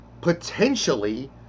potentially